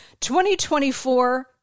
2024